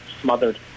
smothered